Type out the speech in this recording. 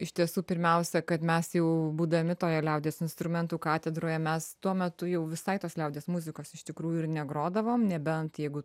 iš tiesų pirmiausia kad mes jau būdami toje liaudies instrumentų katedroje mes tuo metu jau visai tos liaudies muzikos iš tikrųjų ir negrodavom nebent jeigu